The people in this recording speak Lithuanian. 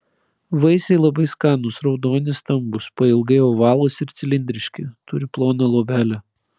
vaisiai labai skanūs raudoni stambūs pailgai ovalūs ir cilindriški turi ploną luobelę